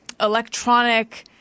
electronic